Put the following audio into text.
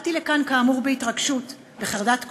באתי לכאן כאמור בהתרגשות, בחרדת קודש,